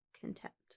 contempt